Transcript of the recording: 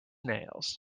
nails